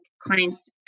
clients